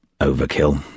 Overkill